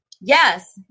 yes